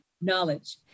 knowledge